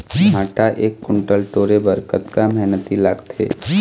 भांटा एक कुन्टल टोरे बर कतका मेहनती लागथे?